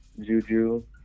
Juju